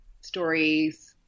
stories